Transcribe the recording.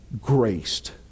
graced